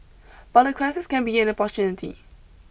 but a crisis can be an opportunity